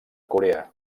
corea